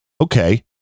okay